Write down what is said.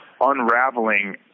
unraveling